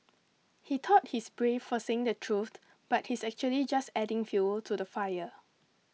he thought he's brave for saying the truth but he's actually just adding fuel to the fire